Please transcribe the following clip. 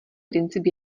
princip